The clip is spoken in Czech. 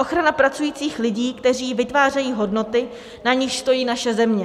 ochrana pracujících lidí, kteří vytvářejí hodnoty, na nichž stojí naše země.